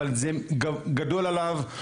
אבל זה גדול עליו.